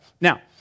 Now